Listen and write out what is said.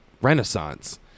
renaissance